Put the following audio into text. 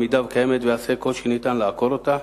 אם היא קיימת, נעשה כל שאפשר לעקור אותה.